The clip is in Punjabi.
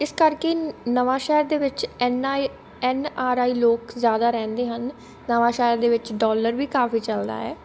ਇਸ ਕਰਕੇ ਨਵਾਂਸ਼ਹਿਰ ਦੇ ਵਿੱਚ ਐਨਾ ਐੱਨ ਆਰ ਆਈ ਲੋਕ ਜ਼ਿਆਦਾ ਰਹਿੰਦੇ ਹਨ ਨਵਾਂਸ਼ਹਿਰ ਦੇ ਵਿੱਚ ਡੋਲਰ ਵੀ ਕਾਫੀ ਚੱਲਦਾ ਹੈ